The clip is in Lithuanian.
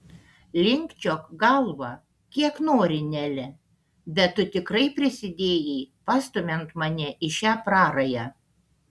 linkčiok galvą kiek nori nele bet tu tikrai prisidėjai pastumiant mane į šią prarają